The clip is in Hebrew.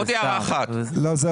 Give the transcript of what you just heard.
על פי